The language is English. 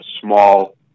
small